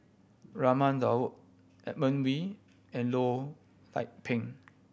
Raman Daud Edmund Wee and Loh Lik Peng